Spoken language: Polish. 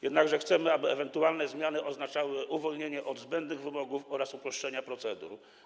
Jednakże chcemy, aby ewentualne zmiany oznaczały uwolnienie od zbędnych wymogów oraz uproszczenie procedur.